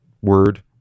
word